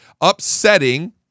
upsetting